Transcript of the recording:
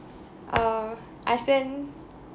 uh I spend